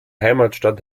heimatstadt